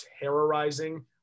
terrorizing